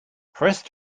pressed